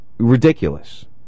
ridiculous